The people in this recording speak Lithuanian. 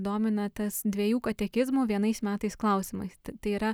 domina tas dviejų katekizmų vienais metais klausimais tai yra